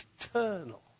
eternal